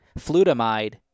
flutamide